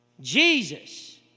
Jesus